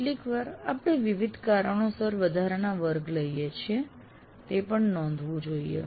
કેટલીકવાર આપણે વિવિધ કારણોસર વધારાના વર્ગ લઈએ છીએ તે પણ નોંધવું જોઈએ